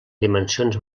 dimensions